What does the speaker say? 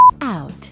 Out